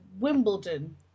Wimbledon